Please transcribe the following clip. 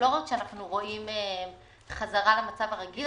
לא רק שאנחנו רואים חזרה למצב הרגיל,